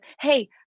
Hey